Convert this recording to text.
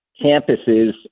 campuses